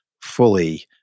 fully